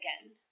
again